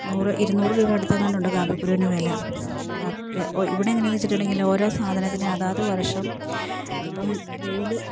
നൂറ് ഇരുന്നൂറ് രൂപ അടുത്തങ്ങാണ്ട് ഉണ്ട് കാപ്പിക്കുരുവിന് വില ഇവിടെ എങ്ങനെയാണെന്ന് വെച്ചിട്ടുണ്ടെങ്കിൽ ഓരോ സാധനത്തിന് അതാത് വർഷം ഇപ്പം വെയിൽ